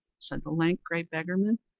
said the lank, grey beggarman.